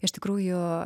iš tikrųjų